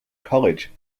college